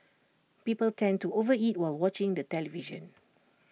people tend to overeat while watching the television